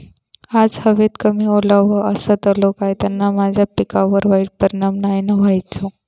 आज हवेत कमी ओलावो असतलो काय त्याना माझ्या पिकावर वाईट परिणाम नाय ना व्हतलो?